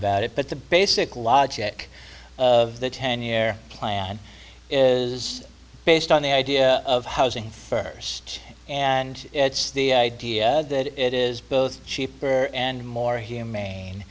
about it but the basic logic of the ten year plan is based on the idea of housing first and it's the idea that it is both cheaper and more humane